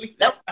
Nope